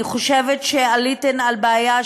אני חושבת שעליתן על בעיה,